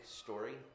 story